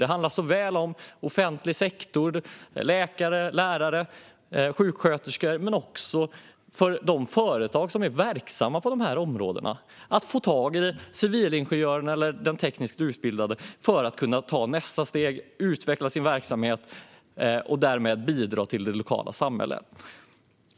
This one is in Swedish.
Det kan handla om läkare, sjuksköterskor och lärare i offentlig sektor. Det kan också handla om företag som behöver få tag i en civilingenjör eller annan tekniskt utbildad person för att kunna ta nästa steg och utveckla sin verksamhet och därmed bidra till lokalsamhället.